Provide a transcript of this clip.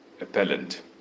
appellant